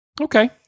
Okay